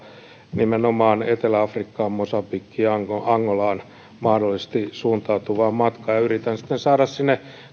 nimenomaan etelä afrikkaan mosambikiin angolaan mahdollisesti suuntautuvaa matkaa ja yritän sitten saada sinne